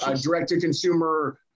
direct-to-consumer